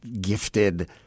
gifted